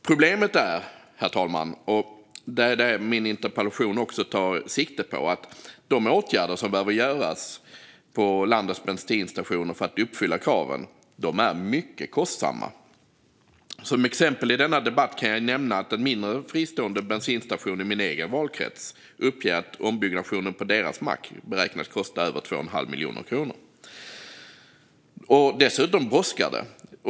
Problemet, herr talman, och det min interpellation tar sikte på är att de åtgärder som behöver vidtas på landets bensinstationer för att uppfylla kraven är mycket kostsamma. Som exempel i denna debatt kan jag nämna att ägarna av en mindre, fristående bensinstation i min egen valkrets uppger att ombyggnationen av deras mack beräknas kosta över 2 1⁄2 miljon kronor. Dessutom brådskar det.